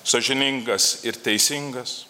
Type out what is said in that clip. sąžiningas ir teisingas